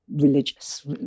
religious